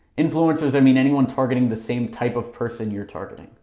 influencers, i mean anyone targeting the same type of person you're targeting.